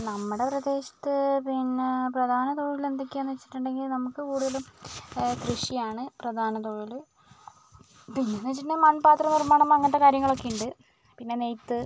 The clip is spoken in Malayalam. നമ്മുടെ പ്രദേശത്ത് പിന്നെ പ്രധാന തൊഴിൽ എന്തൊക്കെയാന്നു വെച്ചിട്ടുണ്ടെങ്കിൽ നമുക്ക് കൂടുതലും കൃഷിയാണ് പ്രധാന തൊഴിൽ പിന്നേന്നു വെച്ചിട്ടുണ്ടെങ്കിൽ മൺപാത്ര നിർമ്മാണം അങ്ങനത്തെ കാര്യങ്ങളൊക്കെയുണ്ട് പിന്നെ നെയ്ത്ത്